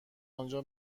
انجا